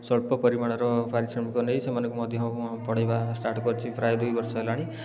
ସ୍ୱଳ୍ପ ପରିମାଣର ପାରିଶ୍ରମିକ ନେଇ ସେମାନଙ୍କୁ ମଧ୍ୟ ମୁଁ ପଢ଼େଇବା ଷ୍ଟାର୍ଟ କରିଛି ପ୍ରାୟ ଦୁଇ ବର୍ଷ ହେଲାଣି